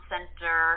Center